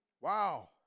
wow